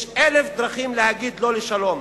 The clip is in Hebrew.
יש אלף דרכים להגיד לא לשלום,